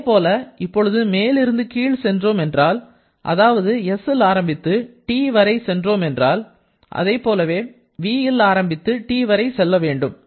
இதேபோல இப்பொழுது மேலிருந்து கீழ் சென்றோம் என்றால் அதாவது sல் ஆரம்பித்து T வரை சென்றோம் என்றால் அதேபோல vல் ஆரம்பித்து Tவரை செல்ல வேண்டும்